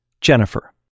Jennifer